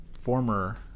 former